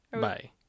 Bye